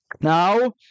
Now